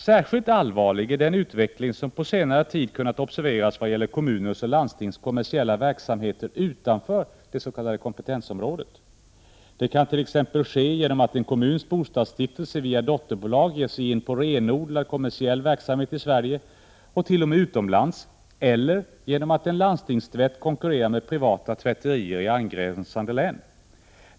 Särskilt allvarlig är den utveckling som på senare tid kunnat observeras vad gäller kommuners och landstings kommersiella verksamheter utanför det s.k. kompetensområdet. Det kan t.ex. ske genom att en kommuns bostadsstiftelse via dotterbolag ger sig in på renodlad kommersiell verksamhet i Sverige och t.o.m. utomlands eller genom att en landstingstvätt konkurrerar med privata tvätterier i angränsande län.